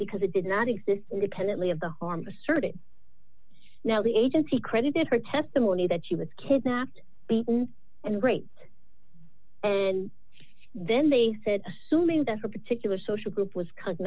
because it did not exist independently of the harm asserted now the agency credited her testimony that she was kidnapped beaten and raped and then they said to me that her particular social group was cut